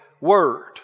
word